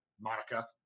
Monica